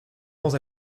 rangs